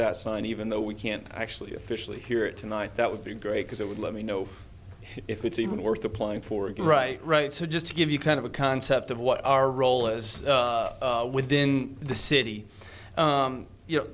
that sign even though we can't actually officially hear it tonight that would be great because it would let me know if it's even worth applying for right right so just to give you kind of a concept of what our role as within the city you know